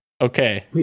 Okay